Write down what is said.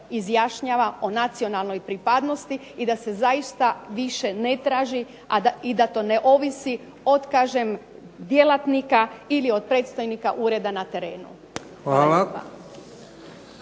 izjašnjava o nacionalnoj pripadnosti i da se zaista više ne traži i da to ne ovisi od djelatnika ili od predstojnika ureda na terenu. Hvala.